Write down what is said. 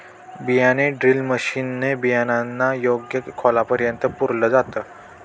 बियाणे drill machine ने बियाणांना योग्य खोलापर्यंत पुरल जात